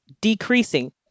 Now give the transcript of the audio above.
decreasing